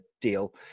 deal